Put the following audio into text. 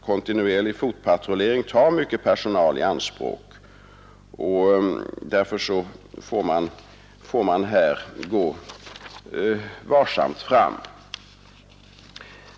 Kontinuerlig fotpatrullering tar mycket personal i anspråk, och därför får man gå varsamt fram.